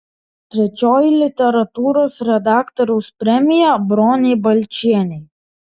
trečioji literatūros redaktoriaus premija bronei balčienei